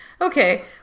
Okay